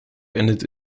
endet